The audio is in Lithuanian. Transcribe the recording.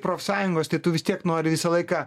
profsąjungos tai tu vis tiek nori visą laiką